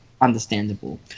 understandable